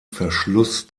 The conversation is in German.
verschluss